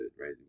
right